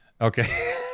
Okay